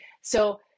so-